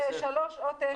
זה שלוש או תשע?